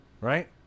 right